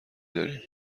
داریم